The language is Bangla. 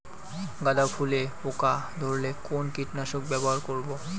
গাদা ফুলে পোকা ধরলে কোন কীটনাশক ব্যবহার করব?